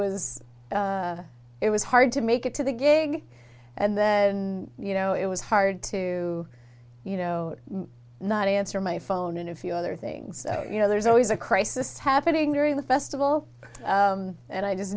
was it was hard to make it to the gang and then and you know it was hard to you know not answer my phone and a few other things you know there's always a crisis happening during the festival and i just